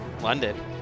London